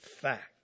fact